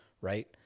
right